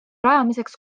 rajamiseks